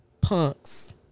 punks